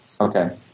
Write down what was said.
Okay